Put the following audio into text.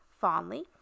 fondly